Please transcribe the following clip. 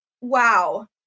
wow